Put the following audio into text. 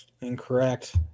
Incorrect